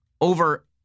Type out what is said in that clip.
over